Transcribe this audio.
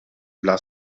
dla